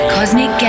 Cosmic